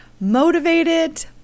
motivated